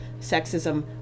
sexism